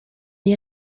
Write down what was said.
est